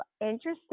interesting